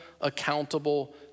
accountable